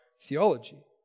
theology